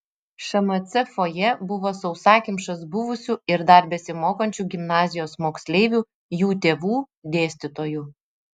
šmc fojė buvo sausakimšas buvusių ir dar besimokančių gimnazijos moksleivių jų tėvų dėstytojų